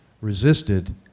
resisted